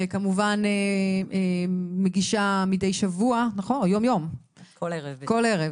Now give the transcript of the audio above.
וכמובן מגישה כל ערב